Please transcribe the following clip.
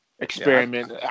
Experiment